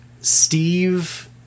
Steve